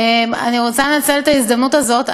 אני רוצה לנצל את ההזדמנות הזאת,